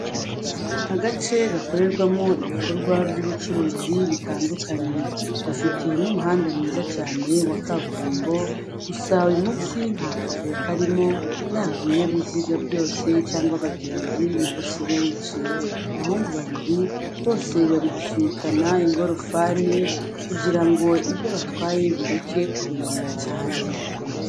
Agace gakorerwamo ibikorwa by'ubucuruzi bitandukanye, bafite n'umuhanda mwiza cyane wa kaburimbo, gusa uyu munsi nta kavuyo karimo yaba binyabiziga byose cyangwa abagenzi nabo si benshi. Abahungu babiri bose bari gusunikana ingorofani kugirango ibyo batwaye bireke kuremera cyane.